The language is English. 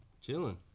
Chilling